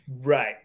Right